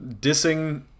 dissing